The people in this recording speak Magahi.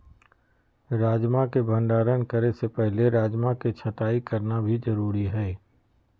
राजमा के भंडारण करे से पहले राजमा के छँटाई करना भी जरुरी हय